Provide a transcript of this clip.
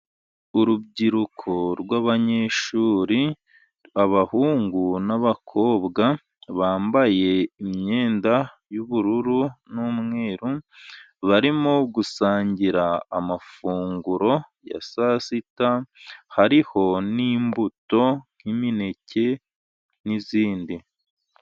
Urubyiruko rw’abanyeshuri, abahungu n’abakobwa, bambaye imyenda y’ubururu n’umweru, barimo gusangira amafunguro ya saa sita. Hariho n'imbuto; nk’imineke n’izindi.